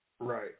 Right